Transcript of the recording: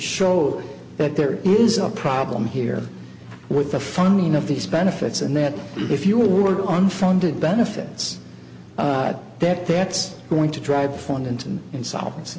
show that there is a problem here with the funding of these benefits and that if you were on funded benefits that that's going to drive